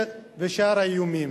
ושאר האיומים.